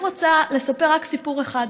אני רוצה לספר רק סיפור אחד,